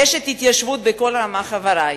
אשת התיישבות בכל רמ"ח איברי.